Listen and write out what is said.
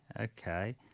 okay